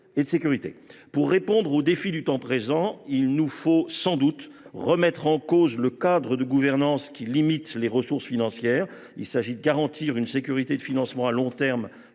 et de sécurité. Pour répondre aux défis du temps présent, il nous faut sans doute remettre en cause le cadre de gouvernance qui limite les ressources financières : il s’agit de garantir une sécurité de financement à long terme